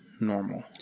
normal